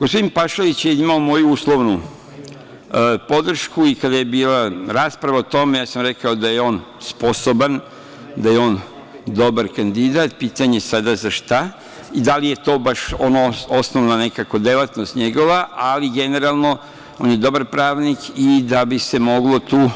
Gospodin Pašalić je imao moju uslovnu podršku i kada je bila rasprava o tome, ja sam rekao da je on sposoban, da je on dobar kandidat, pitanje sada za šta i da li je to baš ona osnovna delatnost njegova, ali generalno je on dobar pravnik i moglo bi se tu,